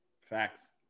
Facts